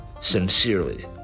sincerely